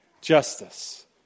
justice